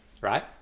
Right